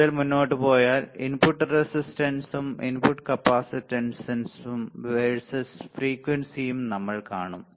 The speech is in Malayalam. കൂടുതൽ മുന്നോട്ട് പോയാൽ ഇൻപുട്ട് റെസിസ്റ്റൻസും ഇൻപുട്ട് കപ്പാസിറ്റൻസും വേഴ്സസ് ഫ്രീക്വൻസിയും നമ്മൾ കാണുന്നു